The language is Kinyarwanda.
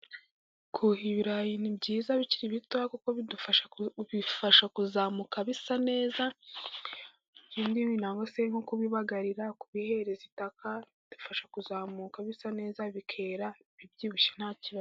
Kuhira ibirayi ni byiza, bikiri bito. Kuko bifasha kuzamuka bisa neza. Ikindi nko kubibagarira, kubihereza itaka. Bidufasha kuzamuka bisa neza. Bikera bibyibushye nta kibazo.